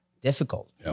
difficult